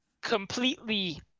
completely